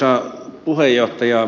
arvoisa puheenjohtaja